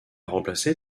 remplacé